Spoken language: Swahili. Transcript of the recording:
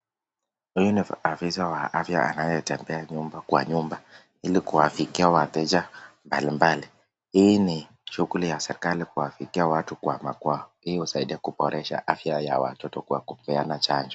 Huyu ni afisaa wa afya anayetembea nyumba kwa nyumba ili kuwafikia wateja mbalimbali, hii ni shughuli ya serikali kuwafikia watu kwa makwao ili kusaidia kuboresha afya ya watoto kwa kupeana chanjo.